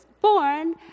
born